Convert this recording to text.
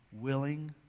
willing